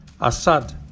Assad